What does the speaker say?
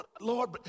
Lord